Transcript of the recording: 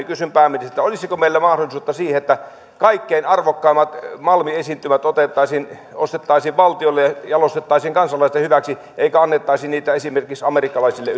kysyn pääministeriltä olisiko meillä mahdollisuutta siihen että kaikkein arvokkaimmat malmiesiintymät ostettaisiin ostettaisiin valtiolle ja jalostettaisiin kansalaisten hyväksi eikä annettaisi niitä esimerkiksi amerikkalaisille